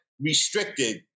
Restricted